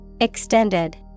Extended